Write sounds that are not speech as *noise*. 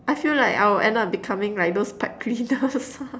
I feel like I will end up becoming like those pipe cleaners *laughs*